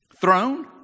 Throne